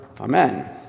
amen